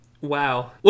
Wow